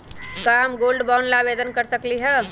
का हम gold bond ला आवेदन कर सकली ह?